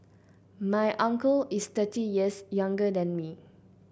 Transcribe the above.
my uncle is thirty years younger than me